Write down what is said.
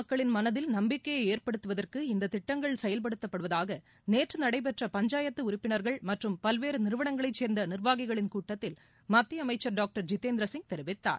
மக்களின் மனதில் நம்பிக்கையைஏற்படுத்துவதற்கு இந்தத் திட்டங்கள் ஐம்மு செயல்படுத்தப்படுவதாகநேற்றுநடைபெற்ற பஞ்சாயத்தஉறுப்பினர்கள் மற்றும் பல்வேறுநிறுவளங்களைச் சேர்ந்தநிர்வாகிகளின் கூட்டத்தில் மத்தியஅமைச்சர் டாக்டர் ஜிதேந்திரசிங் தெரிவித்தார்